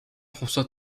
françois